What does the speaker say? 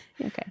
Okay